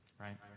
right